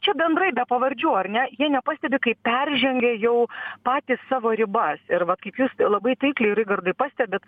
čia bendrai be pavardžių ar ne jie nepastebi kaip peržengia jau patys savo ribas ir vat kaip jūs labai taikliai raigardai pastebit